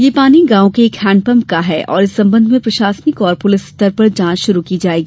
यह पानी गांव के एक हैंडपंप का है और इस संबंध में प्रशासनिक और पुलिस स्तर पर जांच शुरू की जाएगी